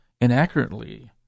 inaccurately